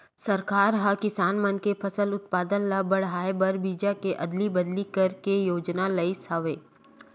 सरकार ह किसान मन के फसल उत्पादन ल बड़हाए बर बीजा के अदली बदली करे के योजना लइस हवय